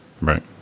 right